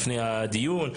לפני הדיון,